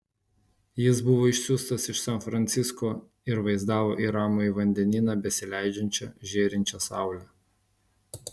jis buvo išsiųstas iš san francisko ir vaizdavo į ramųjį vandenyną besileidžiančią žėrinčią saulę